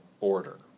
order